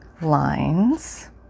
Lines